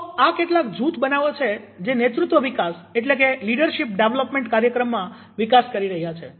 તો આ કેટલાક જૂથ બનાવો છે જે નેતૃત્વ વિકાસ કાર્યક્રમમાં વિકાસ કરી રહ્યા છે